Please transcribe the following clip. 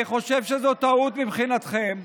אני חושב שזאת טעות מבחינתכם.